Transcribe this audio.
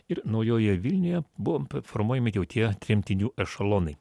ir naujojoje vilnioje buvo formuojami jau tie tremtinių ešelonai